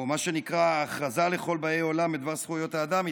או מה שנקרא ההכרזה לכל באי עולם בדבר זכויות האדם,